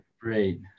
Great